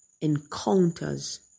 encounters